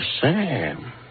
Sam